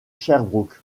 sherbrooke